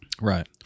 Right